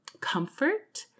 comfort